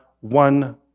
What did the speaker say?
one